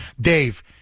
Dave